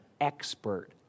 expert